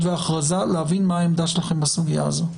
והכרזה - להבין מה העמדה שלכם בסוגיה הזאת.